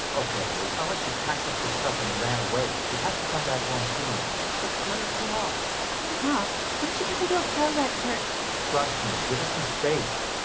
okay. well, it's not like she packed up her stuff and ran away. she has to come back home sooner or later. just let her cool off. cool off? what if she gets into a car wreck, kurt? trust me. give her some space.